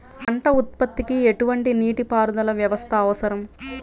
పంట ఉత్పత్తికి ఎటువంటి నీటిపారుదల వ్యవస్థ అవసరం?